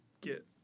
get